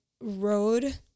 road